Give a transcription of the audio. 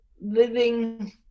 living